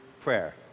prayer